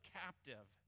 captive